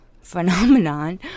phenomenon